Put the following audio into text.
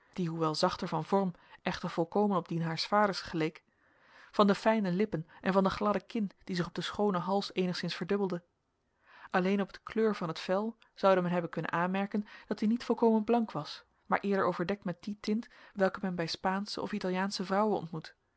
dien haars vaders geleek van de fijne lippen en van de gladde kin die zich op den schoonen hals eenigszins verdubbelde alleen op de kleur van het vel zoude men hebben kunnen aanmerken dat die niet volkomen blank was maar eerder overdekt met die tint welke men bij spaansche of italiaansche vrouwen ontmoet